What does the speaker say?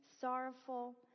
sorrowful